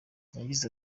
yagize